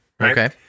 okay